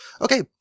Okay